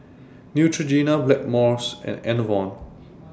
Neutrogena Blackmores and Enervon